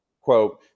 Quote